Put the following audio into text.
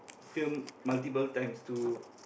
film multiple times to